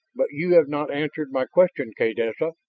but you have not answered my question, kaydessa.